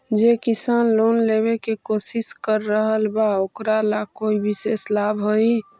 जे किसान लोन लेवे के कोशिश कर रहल बा ओकरा ला कोई विशेष लाभ हई?